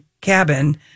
cabin